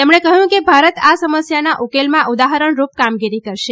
તેમણે કહ્યું કે ભારત આ સમસ્યાના ઉકેલમાં ઉદાહરણરૃપ કામગીરી કરશે